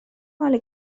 مال